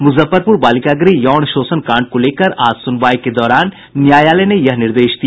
मुजफ्फरपुर बालिका गृह यौन शोषण कांड को लेकर आज सुनवाई के दौरान न्यायालय ने यह निर्देश दिया